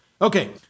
Okay